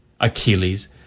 Achilles